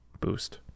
Boost